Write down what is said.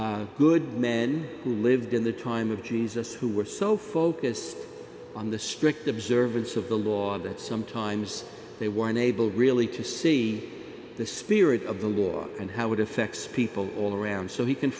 scribes good men who lived in the time of jesus who were so focused on the strict observance of the law that sometimes they were unable really to see the spirit of the law and how it effects people all around so he c